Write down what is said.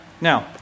Now